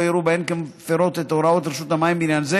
לא יראו בהן כמפירות את הוראות רשות המים בעניין זה